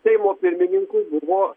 seimo pirmininku buvo